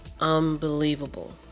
unbelievable